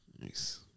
Nice